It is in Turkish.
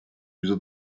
yüzde